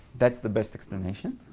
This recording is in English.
that's the best explanation.